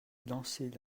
lancer